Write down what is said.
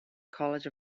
college